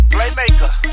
Playmaker